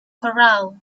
corral